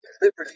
liberty